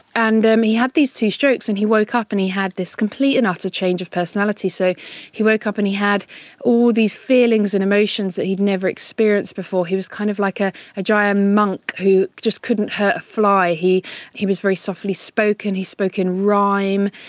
and um he had these two strokes, and he woke up and he had this complete and utter change of personality. so he woke up and he had all these feelings and emotions that he'd never experienced before. he was kind of like a ah gayan monk who just couldn't hurt a fly. he he was very softly spoken, he spoke in rhyme.